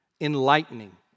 enlightening